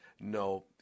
no